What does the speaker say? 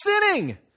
sinning